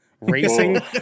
Racing